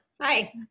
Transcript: hi